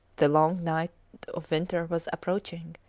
the long night of winter was approaching,